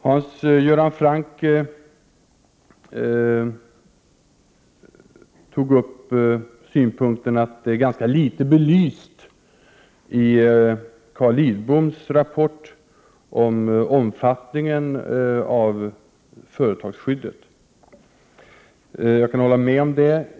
Hans Göran Franck tog upp synpunkten att omfattningen av företagsskyddet är ganska litet belyst i Carl Lidboms rapport. Jag kan hålla med om det.